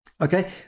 Okay